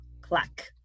clack